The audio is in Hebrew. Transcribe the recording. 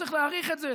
צריך להעריך את זה,